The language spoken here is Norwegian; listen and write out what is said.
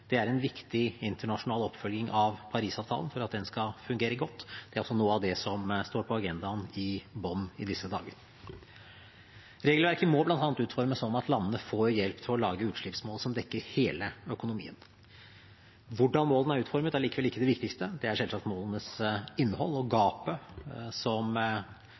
Det er en viktig internasjonal oppfølging av Parisavtalen for at den skal fungere godt. Det er også noe av det som står på agendaen i Bonn i disse dager. Regelverket må bl.a. utformes slik at landene får hjelp til å lage utslippsmål som dekker hele økonomien. Hvordan målene er utformet, er likevel ikke det viktigste. Det er selvsagt målenes innhold, og gapet mellom det som